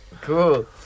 Cool